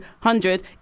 hundred